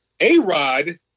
A-Rod